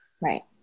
right